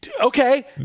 okay